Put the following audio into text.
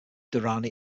durrani